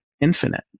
infinite